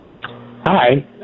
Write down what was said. Hi